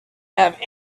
have